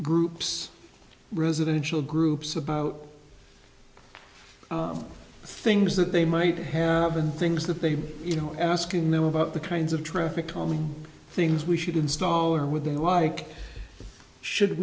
groups residential groups about things that they might have been things that they you know asking them about the kinds of traffic calming things we should install or within the like should